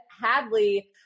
Hadley